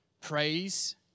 Praise